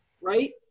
right